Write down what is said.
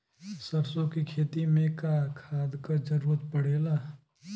सरसो के खेती में का खाद क जरूरत पड़ेला?